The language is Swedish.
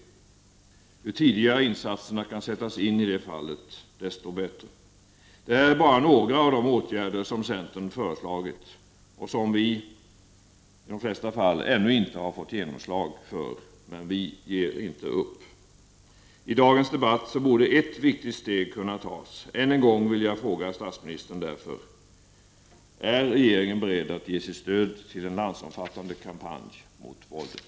Ju tidigare insatsen kan sättas in, desto bättre. Det är bara några av de åtgärder som centern föreslagit och som vi i de flesta fall — ännu inte! — har fått genomslag för. Vi ger inte upp. I dagens debatt borde ett viktigt steg kunna tas. Än en gång vill jag fråga statsministern: Är regeringen beredd att ge sitt stöd till en landsomfattande kampanj mot våldet?